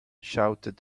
shouted